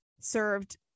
served